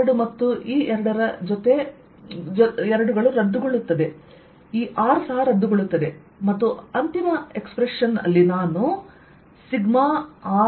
ಈ 2 ಈ 2ರ ಜೊತೆ ರದ್ದುಗೊಳ್ಳುತ್ತದೆ ಈ R ರದ್ದುಗೊಳ್ಳುತ್ತದೆ ಮತ್ತು ನಾನು ಅಂತಿಮ ಎಕ್ಸ್ಪ್ರೆಶನ್ ಅಲ್ಲಿ σR20z